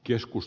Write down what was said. keskus